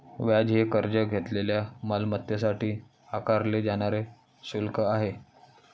व्याज हे कर्ज घेतलेल्या मालमत्तेसाठी आकारले जाणारे शुल्क आहे